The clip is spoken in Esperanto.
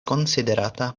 konsiderata